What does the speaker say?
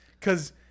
Cause